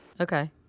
Okay